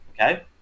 Okay